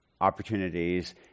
opportunities